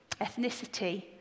ethnicity